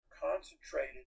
concentrated